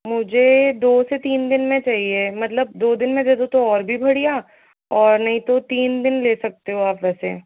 मुझे दो से तीन दिन में चाहिए मतलब दो दिन में दे दो तो और भी बढ़िया और नहीं तो तीन दिन ले सकते हो आप वैसे